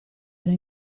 era